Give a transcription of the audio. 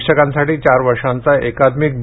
शिक्षकांसाठी चार वर्षांचा एकात्मिक बी